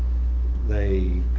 they